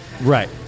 Right